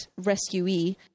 rescuee